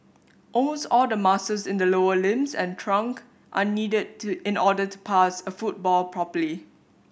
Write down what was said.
almost all the muscles in the lower limbs and trunk are needed to in order to pass a football properly